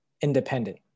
independent